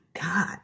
God